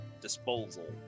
disposal